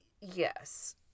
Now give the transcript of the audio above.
Yes